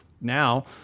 now